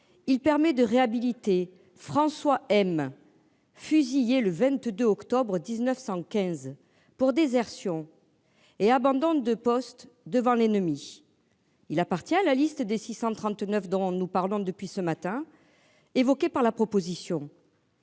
Il permet de réhabiliter François M.. Fusillé le 22 octobre 1915 pour désertion et abandon de poste devant l'ennemi. Il appartient à la liste des 639 dont nous parlons depuis ce matin. Évoquée par la proposition.